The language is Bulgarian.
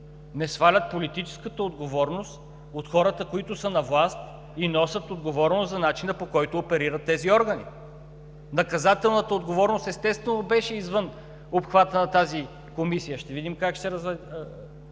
не свалят политическата отговорност от хората, които са на власт и носят отговорност за начина, по който оперират тези органи. Наказателната отговорност, естествено, беше извън обхвата на тази комисия – ще видим как ще се развие,